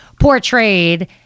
portrayed